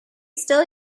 still